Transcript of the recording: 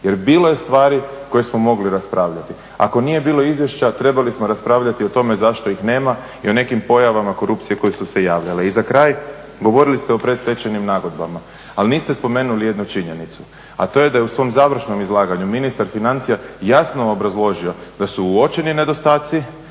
jer bilo je stvari koje smo mogli raspravljati. Ako nije bilo izvješća trebali smo raspravljati o tome zašto ih nema i o nekim pojavama korupcije koje su se javljale. I za kraj, govorili ste o predstečajnim nagodbama ali niste spomenuli jednu činjenicu, a to je da je u svom završnom izlaganju ministar financija jasno obrazložio da su uočeni nedostaci